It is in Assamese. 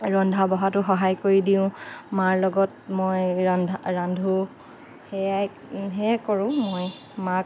ৰন্ধা বঢ়াটো সহায় কৰি দিওঁ মাৰ লগত মই ৰান্ধা ৰান্ধো সেইয়াই সেইয়াই কৰোঁ মই মাক